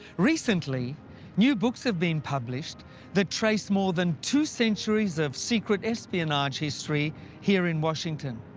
recently new books have been published that trace more than two centuries of secret espionage history here in washington,